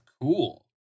cool